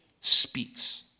speaks